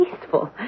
peaceful